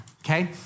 okay